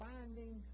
Finding